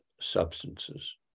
substances